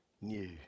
new